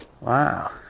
Wow